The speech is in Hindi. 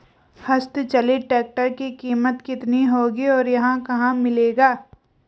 हस्त चलित ट्रैक्टर की कीमत कितनी होगी और यह कहाँ मिलेगा?